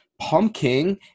pumpkin